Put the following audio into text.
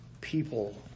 people